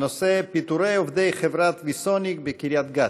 הנושא: פיטורי עובדי חברת ויסוניק בקריית גת.